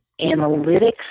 analytics